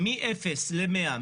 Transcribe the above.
מאפס למאה.